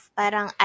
parang